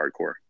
hardcore